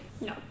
No